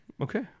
Okay